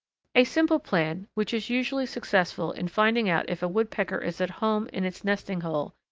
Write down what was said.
a simple plan, which is usually successful in finding out if a woodpecker is at home in its nesting hole,